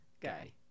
guy